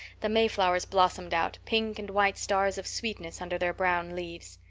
the mayflowers blossomed out, pink and white stars of sweetness under their brown leaves.